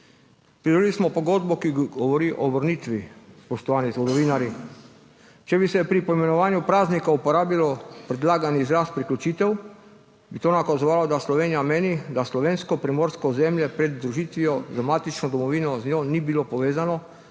Pridobili smo pogodbo, ki govori o vrnitvi, spoštovani zgodovinarji. Če bi se pri poimenovanju praznika uporabilo predlagan izraz priključitev, bi to nakazovalo, da Slovenija meni, da slovensko primorsko ozemlje pred združitvijo z matično domovino z njo ni bilo povezano